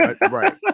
Right